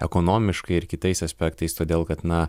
ekonomiškai ir kitais aspektais todėl kad na